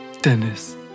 Dennis